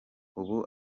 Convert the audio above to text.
ubu